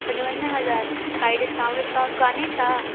पंजवंजाहु हज़ार काई डिस्काउंट विस्काउंट कोन्हे छा